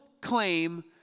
claim